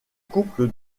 couples